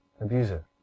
abuser